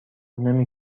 نمی